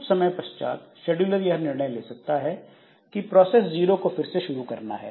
कुछ समय पश्चात शेड्यूलर यह निर्णय ले सकता है कि प्रोसेस जीरो को फिर से शुरू करना है